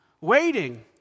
waiting